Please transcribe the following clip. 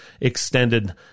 extended